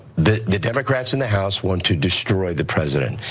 the the democrats in the house want to destroy the president.